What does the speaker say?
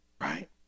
Right